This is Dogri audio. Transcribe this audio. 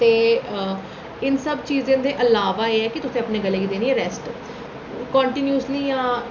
ते हां इन सब चीजें दे अलावा एह् कि तुसें अपने गले गी देनी ऐ रैस्ट